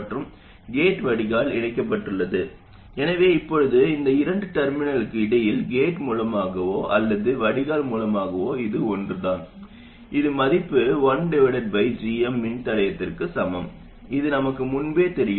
மற்றும் கேட் வடிகால் இணைக்கப்பட்டுள்ளது எனவே இப்போது இந்த இரண்டு டெர்மினல்களுக்கு இடையில் கேட் மூலமாகவோ அல்லது வடிகால் மூலமாகவோ அது ஒன்றுதான் இது மதிப்பு 1 gm மின்தடையத்திற்குச் சமம் இது நமக்கு முன்பே தெரியும்